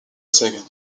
second